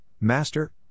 Master